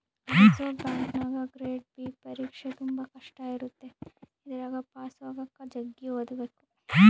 reserve ಬ್ಯಾಂಕಿನಗ grade B ಪರೀಕ್ಷೆ ತುಂಬಾ ಕಷ್ಟ ಇರುತ್ತೆ ಇದರಗ ಪಾಸು ಆಗಕ ಜಗ್ಗಿ ಓದಬೇಕು